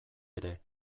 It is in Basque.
ere